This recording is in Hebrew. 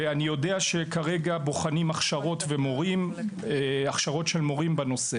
אני יודע שכרגע בוחנים הכשרות של מורים בנושא.